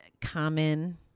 Common